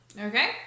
Okay